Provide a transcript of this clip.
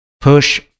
push